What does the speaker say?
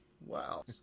Wow